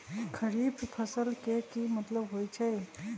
खरीफ फसल के की मतलब होइ छइ?